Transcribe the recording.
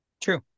true